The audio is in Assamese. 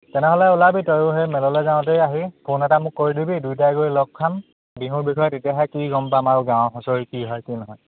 তেনেহ'লে ওলাবি তয়ো সেই মেললৈ যাওঁতেই আহি ফোন এটা মোক কৰি দিবি দুয়োটাই গৈ লগ খাম বিহুৰ বিষয়ে তেতিয়াহে কি গম পাম আৰু গাঁওৰ হুঁচৰি কি হয় কি নহয়